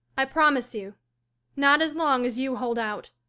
i promise you not as long as you hold out.